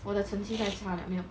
我的成绩太差 liao 没有